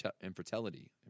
infertility